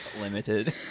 Limited